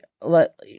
let